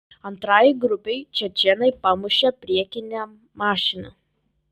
antrajai grupei čečėnai pamušė priekinę mašiną